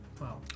Wow